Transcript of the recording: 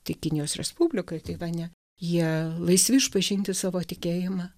tai kinijos respublika taivane jie laisvi išpažinti savo tikėjimą